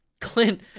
Clint